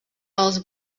els